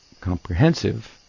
comprehensive